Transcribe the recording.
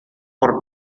por